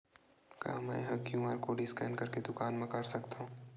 का मैं ह क्यू.आर कोड स्कैन करके दुकान मा कर सकथव?